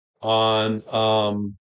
on –